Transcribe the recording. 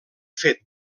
fet